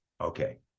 okay